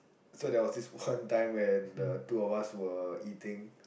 so there was this one time when the two of us were eating